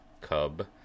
cub